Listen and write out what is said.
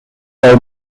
cell